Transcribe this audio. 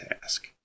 task